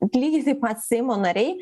lygiai taip pat seimo nariai